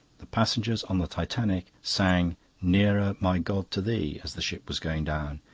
the passengers on the titanic sang nearer my god to thee as the ship was going down.